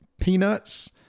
peanuts